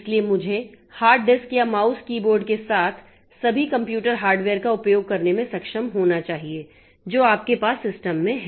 इसलिए मुझे hard disk या माउस कीबोर्ड के साथ सभी कंप्यूटर हार्डवेयर का उपयोग करने में सक्षम होना चाहिए जो आपके पास सिस्टम में हैं